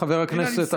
חבר הכנסת,